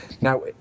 Now